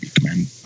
command